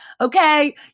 okay